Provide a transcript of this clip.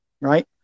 Right